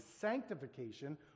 sanctification